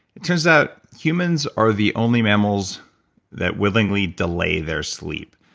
it turns out humans are the only mammals that willingly delay their sleep.